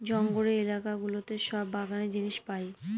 জঙ্গলের এলাকা গুলোতে সব বাগানের জিনিস পাই